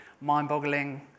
mind-boggling